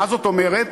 מה זאת אומרת?